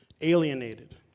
alienated